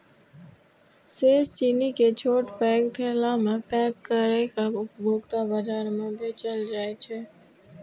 शेष चीनी कें छोट पैघ थैला मे पैक कैर के उपभोक्ता बाजार मे बेचल जाइ छै